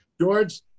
George